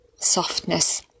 softness